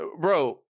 bro